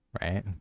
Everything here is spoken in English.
Right